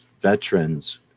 veterans